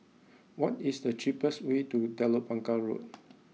what is the cheapest way to Telok Blangah Road